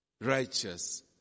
righteous